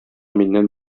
миннән